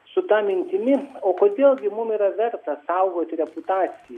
su ta mintimi o kodėl gi mum yra verta saugoti reputaciją